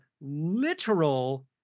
literal